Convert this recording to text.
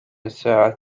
الساعة